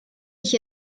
ich